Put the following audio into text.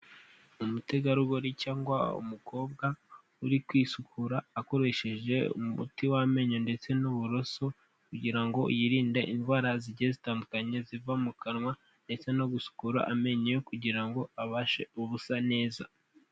Umutegarugori cyangwa umukobwa uri kwisukura akoresheje umuti w'amenyo ndetse n'uburoso kugira ngo yirinde indwara zigiy zitandukanye ziva mu kanwa, ndetse no gusukura amenyo kugira ngo abashe gusa neza.